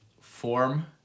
form